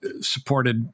supported